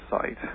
site